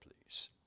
please